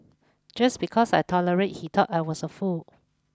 just because I tolerated he thought I was a fool